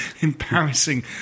embarrassing